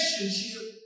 relationship